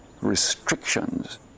restrictions